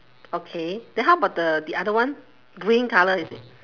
okay then how about the the other one green colour is it